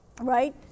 right